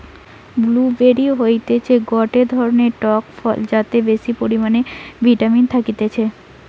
blue বেরি হতিছে গটে ধরণের টক ফল যাতে বেশি পরিমানে ভিটামিন থাকতিছে